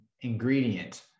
ingredient